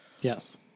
Yes